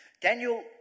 Daniel